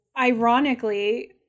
ironically